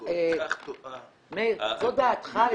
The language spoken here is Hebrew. מאיר, זו דעתך.